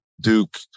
Duke